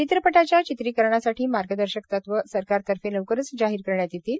चित्रपटाच्या चित्रीकरणासाठी मार्गदर्शक तत्वे सरकारतर्फे लवकरच जाहीर करण्यात येतील